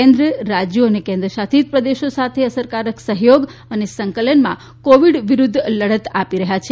કેન્દ્ર રાજ્યો અને કેન્દ્રશાસિત પ્રદેશો સાથે અસરકારક સહયોગ અને સંકલનમાં કોવિડ વિરુદ્ધ લડત આપી રહ્યા છે